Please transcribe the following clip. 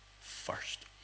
First